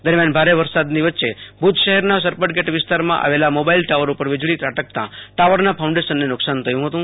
દરમિયાન ભારે વરસાદની વચ્ચે ભજ શહેરના સરપટ ગેટ વિસ્તારમાં આવેલ મોબાઈલ ટાવર પર વીજળી ત્રાટકતા ટાવર ફાઉન્ડેશનને નકશાન થયું હતું